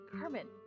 Carmen